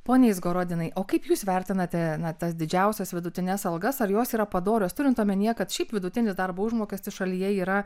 pone izgorodinai o kaip jūs vertinate tas didžiausias vidutines algas ar jos yra padorios turint omenyje kad šiaip vidutinis darbo užmokestis šalyje yra